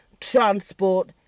transport